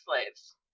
slaves